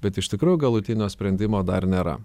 bet iš tikrųjų galutinio sprendimo dar nėra